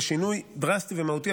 זה שינוי דרסטי ומהותי,